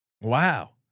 Wow